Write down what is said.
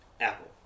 Apple